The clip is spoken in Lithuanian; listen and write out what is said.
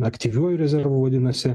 aktyviuoju rezervu vadinasi